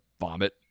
vomit